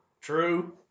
True